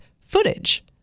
footage